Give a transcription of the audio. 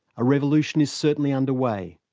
a revolution is certainly underway,